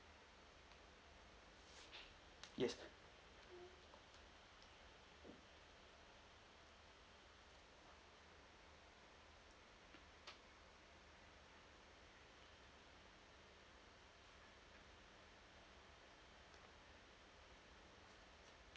yes